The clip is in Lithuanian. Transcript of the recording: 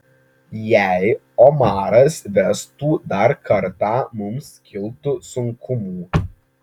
jei omaras vestų dar kartą mums kiltų sunkumų